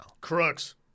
Crooks